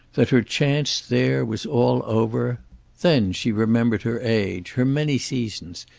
that her chance there was all over then she remembered her age, her many seasons,